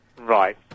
Right